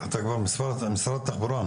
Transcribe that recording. משרד התחבורה,